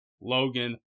logan